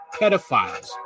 pedophiles